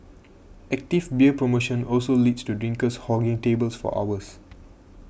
active beer promotion also leads to drinkers hogging tables for hours